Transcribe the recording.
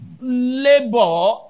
labor